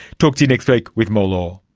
talk to you next week with more law